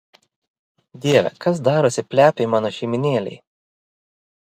dieve kas darosi plepiai mano šeimynėlei